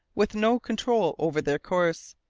with no control over their course.